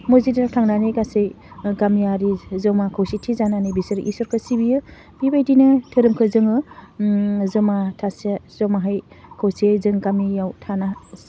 मसजिदआव थांनानै गासै गामियारि ज'मा खौसेथि जानानै बिसोर इसोरखौ सिबियो बेबायदिनो धोरोमखौ जोङो ओह ज'मा थासे ज'माहाय खौसेयै जों गामियाव थानो